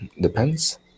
Depends